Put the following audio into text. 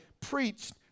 preached